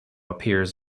appears